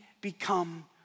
become